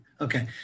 Okay